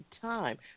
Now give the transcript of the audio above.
time